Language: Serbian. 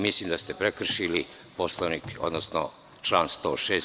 Mislim da ste prekršili Poslovnik, odnosno član 106.